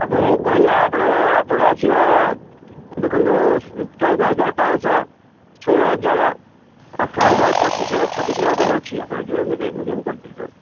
ଆପଣଙ୍କୁ ମୁଁ କହିଲି ନା ଆପଣ ଓପୋଟା ଆସିବ ଦେଖନ୍ତୁ ଚଉଦ ହଜାର ପାଞ୍ଚଶହ ଷୋହଳ ହଜାର ଅଠର ହଜାର ପଚିଶ ହଜାର ଛବିଶ ହଜାର ପର୍ଯ୍ୟନ୍ତ ଅଛି ଆପଣ ଯେଉଁଟା ନେବେ ମିଡ଼ିୟମ୍ କ୍ୱାଣ୍ଟିଟିର